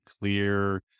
clear